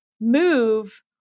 move